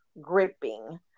gripping